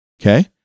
Okay